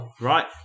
right